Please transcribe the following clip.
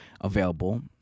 available